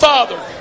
Father